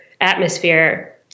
atmosphere